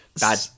bad